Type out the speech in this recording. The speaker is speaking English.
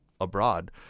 abroad